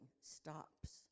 stops